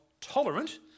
tolerant